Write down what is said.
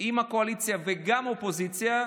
עם הקואליציה וגם האופוזיציה,